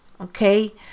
okay